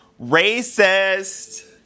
Racist